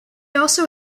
also